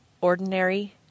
ordinary